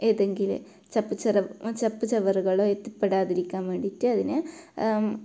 ഏതെങ്കിലും ചപ്പ് ചറവ് ചപ്പ് ചവറുകളോ എത്തിപ്പെടാതിരിക്കാൻ വേണ്ടിയിട്ട് അതിനെ